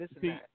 See